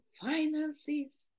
finances